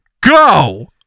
go